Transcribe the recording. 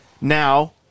Now